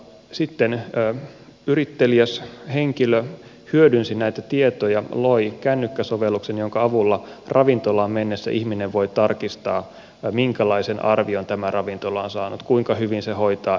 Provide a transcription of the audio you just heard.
sitten yritteliäs henkilö hyödynsi näitä tietoja loi kännykkäsovelluksen jonka avulla ravintolaan mennessä ihminen voi tarkistaa minkälaisen arvion tämä ravintola on saanut kuinka hyvin se hoitaa elintarviketurvallisuuden